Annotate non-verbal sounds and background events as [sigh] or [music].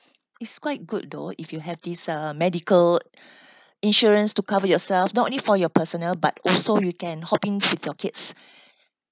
it's quite good though if you have this uh medical [breath] insurance to cover yourself not only for your personal but also you can hop in with your kids